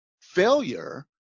failure